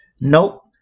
Nope